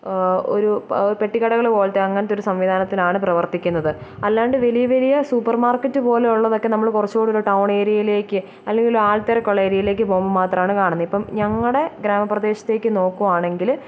ഒരു പെട്ടിക്കടകൾ പോലത്തെ അങ്ങനത്തെ ഒരു സംവിധാനത്തിലാണ് പ്രവർത്തിക്കുന്നത് അല്ലാണ്ട് വലിയ വലിയ സൂപ്പർമാർക്കറ്റ് പോലെയുള്ളതൊക്കെ നമ്മൾ കുറച്ച് കൂടൊരു ടൗൺ ഏരിയയിലേക്ക് അല്ലെങ്കിൽ ആൾത്തിരക്കുള്ള ഏരിയയിലേക്ക് പോകുമ്പോൾ മാത്രമാണ് കാണുന്നത് ഇപ്പം ഞങ്ങളുടെ ഗ്രാമപ്രദേശത്തേക്ക് നോക്കുകയാണെങ്കിൽ